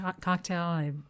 cocktail